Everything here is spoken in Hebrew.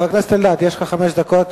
חבר הכנסת אלדד, יש לך חמש דקות